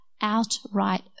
Outright